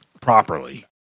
properly